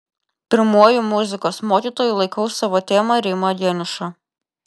pirmuoju muzikos mokytoju laikau savo tėvą rimą geniušą